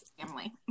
family